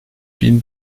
bin